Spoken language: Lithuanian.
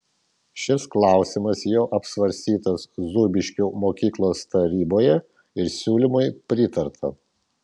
šis klausimas jau apsvarstytas zūbiškių mokyklos taryboje ir siūlymui pritarta